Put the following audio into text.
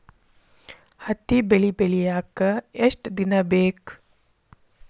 ಹತ್ತಿ ಬೆಳಿ ಬೆಳಿಯಾಕ್ ಎಷ್ಟ ದಿನ ಬೇಕ್?